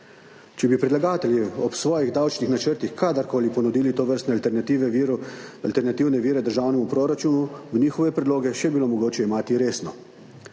Če bi predlagatelji ob svojih davčnih načrtih kadarkoli ponudili tovrstne alternative vire državnemu proračunu, bi njihove predloge še bilo mogoče jemati resno,